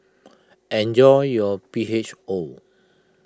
enjoy your P H O